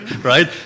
Right